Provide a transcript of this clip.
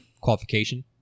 qualification